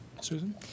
Susan